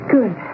Good